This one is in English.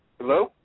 Hello